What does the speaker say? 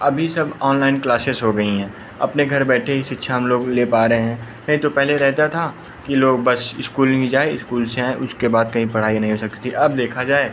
अभी सब online classes हो गई हैं अपने घर बैठे ही शिक्षा हम लोग ले पा रहे हैं नहीं तो पहले रहता था कि लोग बस इस्कूल में ही जाए इस्कूल से आएँ उसके बाद कहीं पढ़ाई नहीं हो सकती थी अब देखा जाए